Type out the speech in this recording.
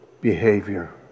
behavior